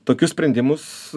tokius sprendimus